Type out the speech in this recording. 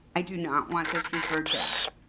i do not want this referred back,